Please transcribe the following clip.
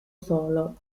solo